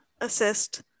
Assist